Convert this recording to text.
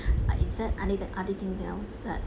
like is there any other thing else that